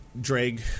drag